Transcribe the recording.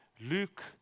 Luke